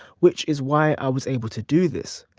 which is why i was able to do this.